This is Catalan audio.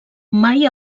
mai